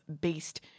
based